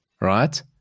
right